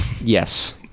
Yes